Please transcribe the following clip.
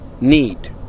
need